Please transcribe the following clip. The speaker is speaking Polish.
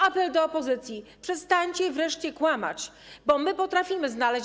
Apel do opozycji: przestańcie wreszcie kłamać, bo my potrafimy znaleźć.